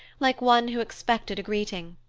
like one who expected a greeting.